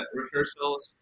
rehearsals